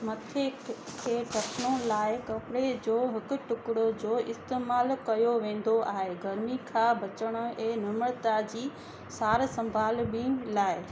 मथे खे ढकण लाइ कपिड़े जो हिकु टुकिड़ो जो इस्तेमालु कयो वेंदो आहे गरमी खां बचणु ऐं नम्रता जी सारु संभालु ॿिनिनि लाइ